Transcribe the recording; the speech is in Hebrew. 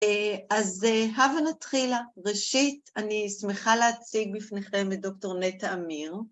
אז הבא נתחילה. ראשית אני שמחה להציג בפניכם את דוקטור נטע אמיר